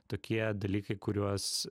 tokie dalykai kuriuos